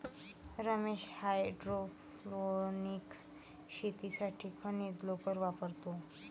Ramesh hydroponics शेतीसाठी खनिज लोकर वापरतो